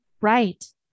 Right